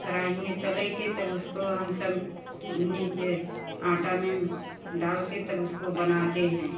कढ़ाई में तलैइ के तब उसको हम सब नीचे आटा में डाल के तब उसको बनाते हैं